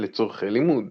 לצורכי לימוד